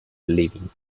leaving